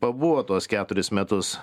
pabuvo tuos keturis metus